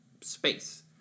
space